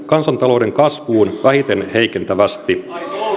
kansantalouden kasvuun vähiten heikentävästi